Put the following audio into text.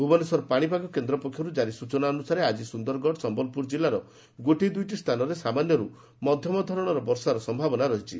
ଭୁବନେଶ୍ୱର ପାଣିପାଗ କେନ୍ଦ୍ର ପକ୍ଷରୁ କାରି ସ୍ଚନା ଅନୁସାରେ ଆଜି ସୁନ୍ଦରଗଡ଼ ସମ୍ଭଲପୁର ଜିଲ୍ଲାର ଗୋଟିଏ ଦୁଇଟି ସ୍ଥାନରେ ସାମାନ୍ୟରୁ ମଧ୍ଧମ ଧରଣର ବର୍ଷାର ସମ୍ଭାବନା ରହିଛି